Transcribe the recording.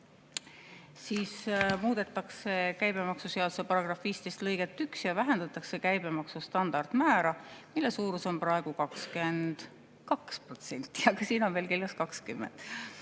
muudetakse käibemaksuseaduse § 15 lõiget 1 ja vähendatakse käibemaksu standardmäära, mille suurus on praegu 22%, aga siin on veel kirjas 20%.